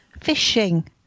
fishing